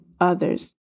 others